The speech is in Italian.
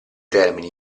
termini